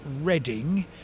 Reading